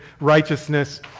righteousness